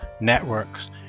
networks